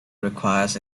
requires